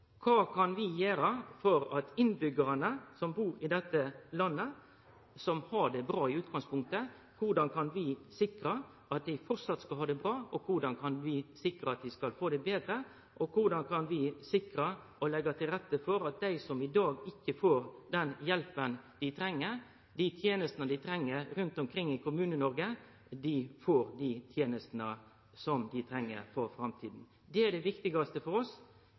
Kva kan vi gjere for å sikre at innbyggjarane som bur i dette landet, og som har det bra i utgangspunktet, framleis skal ha det bra? Korleis kan vi sikre at dei får det betre, og korleis kan vi sikre og leggje til rette for at dei som i dag ikkje får den hjelpa dei treng – dei tenestene dei treng – rundt omkring i Kommune-Noreg, får dei tenestene dei treng, for framtida? Det er det viktigaste for oss.